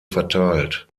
verteilt